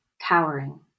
cowering